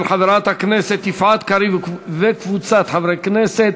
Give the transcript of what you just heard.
של חברת הכנסת יפעת קריב וקבוצת חברי הכנסת,